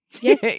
Yes